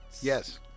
Yes